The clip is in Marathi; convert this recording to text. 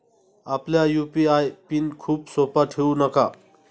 आपला यू.पी.आय पिन खूप सोपा ठेवू नका